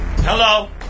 Hello